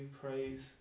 praise